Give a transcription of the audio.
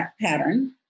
pattern